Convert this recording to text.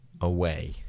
away